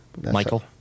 Michael